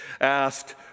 asked